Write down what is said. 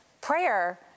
prayer